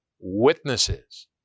witnesses